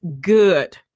good